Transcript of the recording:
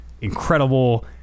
incredible